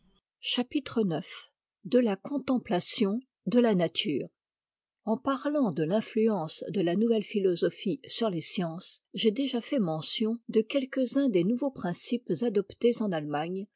chapitre ix de la contemplation de la nature en parlant de l'influence de la nouvelle philosophie sur les sciences j'ai déjà fait mention de quelques-uns des nouveaux principes adoptés en allemagne